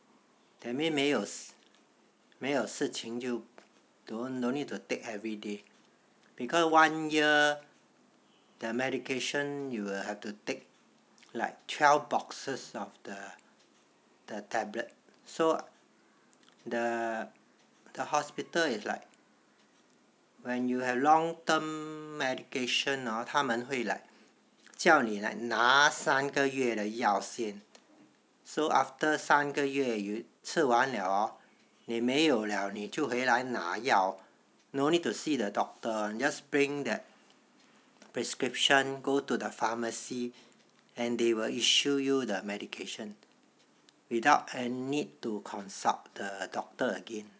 that means 没有没有事情就 don't don't need to take everyday because of one year the medication you will have to take like twelve boxes of the the tablet so the the hospital is like when you have long term medication hor 他们会 like 叫你拿三个月的药先 so after 三个月吃完了 hor 你没有了你就回来拿药 don't need to see the doctor [one] just bring that prescription to the pharmacy and they will issue you the medication without a need to consult the doctor again